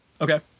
okay